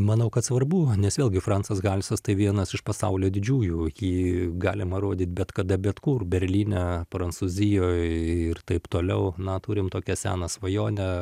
manau kad svarbu nes vėlgi francas halsas tai vienas iš pasaulio didžiųjų jį galima rodyt bet kada bet kur berlyne prancūzijoje ir taip toliau na turim tokią seną svajonę